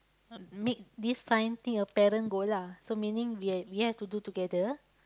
uh make this science thing your parent goal lah so meaning we have we have to do together